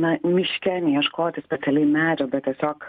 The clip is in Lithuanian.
na miške neieškoti specialiai medžio bet tiesiog